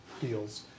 deals